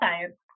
science